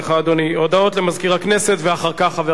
הודעות למזכיר הכנסת, ואחר כך, חבר הכנסת אלסאנע.